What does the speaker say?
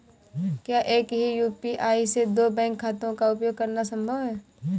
क्या एक ही यू.पी.आई से दो बैंक खातों का उपयोग करना संभव है?